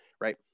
right